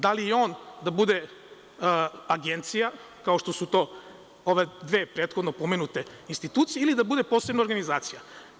Da li on da bude agencija, kao što su to ove dve prethodno pomenute institucije, ili da bude posebna organizacija?